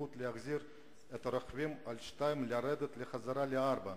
להחזיר את הרוכבים על שתיים לרדת חזרה לארבע,